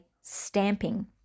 stamping